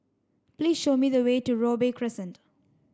please show me the way to Robey Crescent